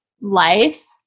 life